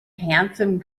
handsome